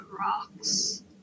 rocks